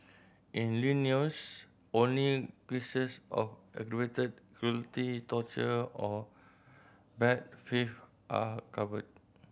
in Illinois only cases of aggravated cruelty torture or bad faith are covered